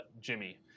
Jimmy